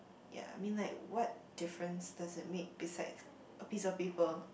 ya I mean like what difference does it make besides a piece of paper